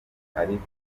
ariko